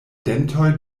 dentoj